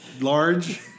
large